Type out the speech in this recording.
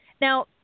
Now